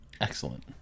Excellent